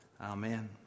Amen